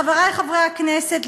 חברי חברי הכנסת,